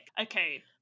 okay